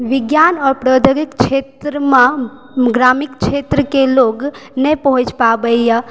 विज्ञानं और प्रौद्योगिक क्षेत्रमे ग्रामिक क्षेत्रके लोग नहि पहुँच पाबैया